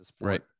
Right